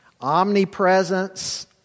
Omnipresence